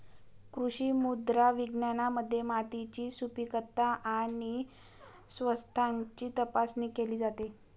कृषी मृदा विज्ञानामध्ये मातीची सुपीकता आणि स्वास्थ्याची तपासणी केली जाते